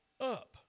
up